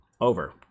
over